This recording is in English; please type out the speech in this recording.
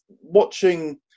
watching